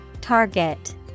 Target